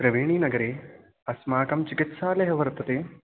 प्रवेणीनगरे अस्माकम् चिकित्सालयः वर्तते